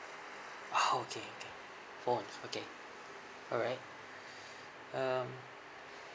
oh okay okay phones okay alright um